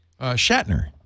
Shatner